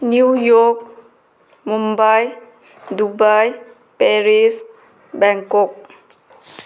new York Mumbai Dubai Paris Bangkok